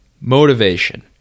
motivation